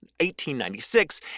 1896